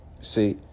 See